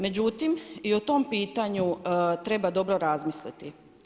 Međutim i o tom pitanju treba dobro razmisliti.